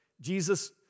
Jesus